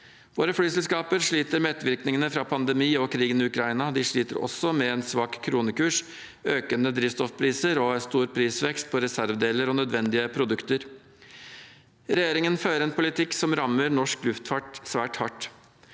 Våre flyselskaper sliter med ettervirkningene fra pandemi og krigen i Ukraina. De sliter også med en svak kronekurs, økende drivstoffpriser og stor prisvekst på reservedeler og nødvendige produkter. Regjeringen fører en politikk som rammer norsk luftfart svært hardt.